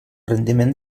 rendiment